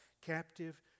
captive